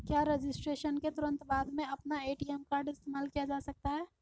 क्या रजिस्ट्रेशन के तुरंत बाद में अपना ए.टी.एम कार्ड इस्तेमाल किया जा सकता है?